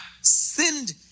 sinned